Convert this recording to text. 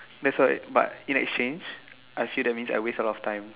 that's why but in exchange I see that means I waste a lot of time